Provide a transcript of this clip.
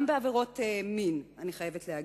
גם בעבירות מין, אני חייבת להגיד.